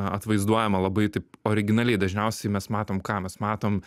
atvaizduojama labai taip originaliai dažniausiai mes matom ką mes matom